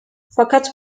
fakat